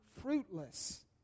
fruitless